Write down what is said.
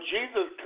Jesus